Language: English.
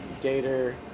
Gator